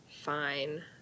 Fine